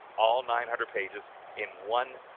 all nine hundred pages in one.